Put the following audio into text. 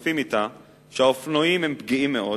שמנופפים אתה, שהאופנועים הם פגיעים מאוד